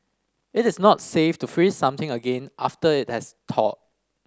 it is not safe to freeze something again after it has thawed